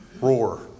roar